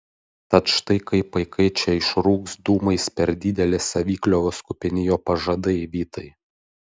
tad štai kaip paikai čia išrūks dūmais per didelės savikliovos kupini jo pažadai vitai